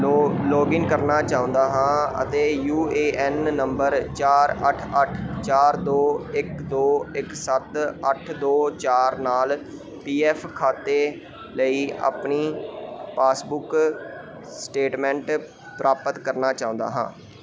ਲੌ login ਕਰਨਾ ਚਾਹੁੰਦਾ ਹਾਂ ਅਤੇ ਯੂ ਏ ਐਨ ਨੰਬਰ ਚਾਰ ਅੱਠ ਅੱਠ ਚਾਰ ਦੋ ਇੱਕ ਦੋ ਇੱਕ ਸੱਤ ਅੱਠ ਦੋ ਚਾਰ ਨਾਲ ਪੀ ਐਫ ਖਾਤੇ ਲਈ ਆਪਣੀ ਪਾਸਬੁੱਕ ਸਟੇਟਮੈਂਟ ਪ੍ਰਾਪਤ ਕਰਨਾ ਚਾਹੁੰਦਾ ਹਾਂ